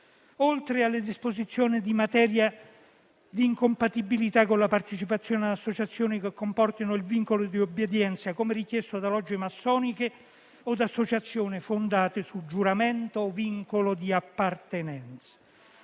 oltre alle disposizioni in materia di incompatibilità con la partecipazione ad associazioni che comportino il vincolo di obbedienza, come richiesto da logge massoniche o da associazioni fondate sul giuramento o sul vincolo di appartenenza.